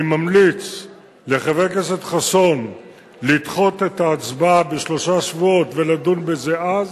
אני ממליץ לחבר הכנסת חסון לדחות את ההצבעה בשלושה שבועות ולדון בזה אז.